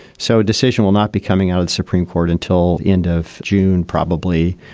so a decision will not be coming out of the supreme court until end of june, probably,